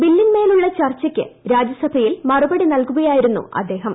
ബില്പിൻമേലുള്ള ചർച്ചയ്ക്ക്രാജ്യസഭയിൽമറുപടി നൽകുകയായിരുന്നുഅദ്ദേഹം